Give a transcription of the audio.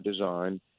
design